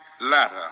ladder